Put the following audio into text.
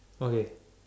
okay